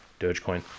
Dogecoin